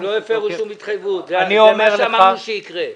הם לא הפרו שום התחייבות, זה מה שאמרנו שיקרה.